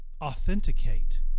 authenticate